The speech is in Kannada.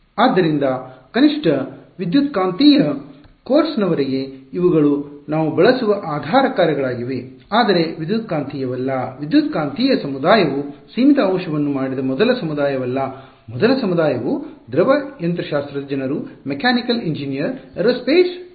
ಆದ್ದರಿಂದ ಕನಿಷ್ಠ ವಿದ್ಯುತ್ಕಾಂತೀಯ ಕೋರ್ಸ್ನವರೆಗೆ ಇವುಗಳು ನಾವು ಬಳಸುವ ಆಧಾರ ಕಾರ್ಯಗಳಾಗಿವೆ ಆದರೆ ವಿದ್ಯುತ್ಕಾಂತೀಯವಲ್ಲ ವಿದ್ಯುತ್ಕಾಂತೀಯ ಸಮುದಾಯವು ಸೀಮಿತ ಅಂಶವನ್ನು ಮಾಡಿದ ಮೊದಲ ಸಮುದಾಯವಲ್ಲ ಮೊದಲ ಸಮುದಾಯವು ದ್ರವ ಯಂತ್ರಶಾಸ್ತ್ರದ ಜನರು ಮೆಕ್ಯಾನಿಕಲ್ ಎಂಜಿನಿಯರ್ ಏರೋಸ್ಪೇಸ್ ಎಂಜಿನಿಯರ್ಗಳು